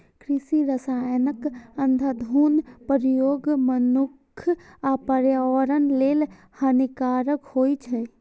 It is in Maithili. कृषि रसायनक अंधाधुंध प्रयोग मनुक्ख आ पर्यावरण लेल हानिकारक होइ छै